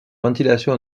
ventilation